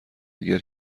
دیگر